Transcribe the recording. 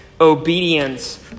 obedience